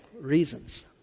reasons